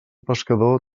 pescador